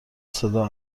صدا